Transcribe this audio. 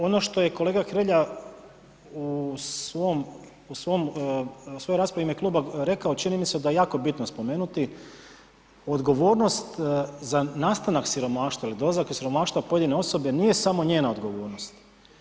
Ono što je kolega Hrelja u svom, u svom, u svojoj raspravi u ime kluba rekao, čini mi se da je jako bitno spomenuti, odgovornost za nastanak siromaštva ili dolazak u siromaštvo pojedine osobe nije samo njena odgovornost.